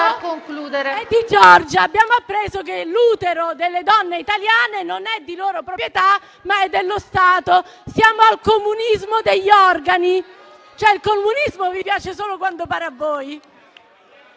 il mio utero? Abbiamo appreso che l'utero delle donne italiane non è di loro proprietà, ma è dello Stato: siamo al comunismo degli organi. Il comunismo vi piace solo quando pare a voi.